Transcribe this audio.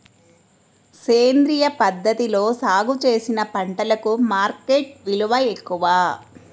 సేంద్రియ పద్ధతిలో సాగు చేసిన పంటలకు మార్కెట్ విలువ ఎక్కువ